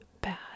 bad